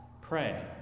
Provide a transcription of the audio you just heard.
Pray